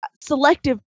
selective